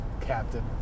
captain